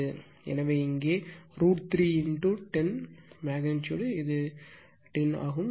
எனவே இங்கே √3 10 மெக்னிட்யூடு இது 10 ஆகும்